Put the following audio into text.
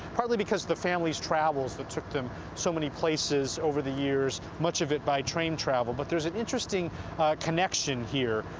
partly because the family's travels that took them so many places over the years. much of it by train travel. but there's an interesting connection here